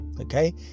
okay